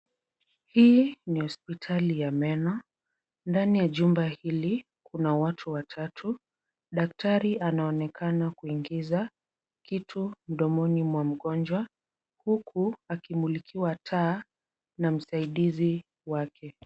Hii ni hospitali ya meno. Ndani ya jumba hili kuna watu watatu. Daktari anaonekana kuingiza kitu mdomoni mwa mgonjwa, huku akimulikiwa taa na msaidizi wake.